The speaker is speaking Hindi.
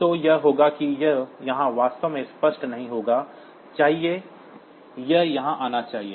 तो यह होगा कि यह यहाँ वास्तव में स्पष्ट नहीं होना चाहिए यह यहाँ आना चाहिए